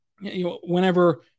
Whenever